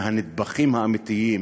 מהנדבכים האמיתיים,